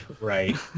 right